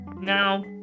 now